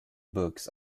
books